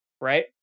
right